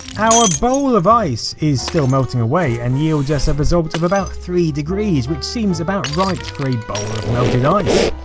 our bowl of ice is still melting away, and yields us a result of about three degrees, which seems about right for a bowl of melted ice.